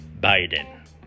Biden